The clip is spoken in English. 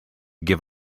give